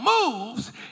moves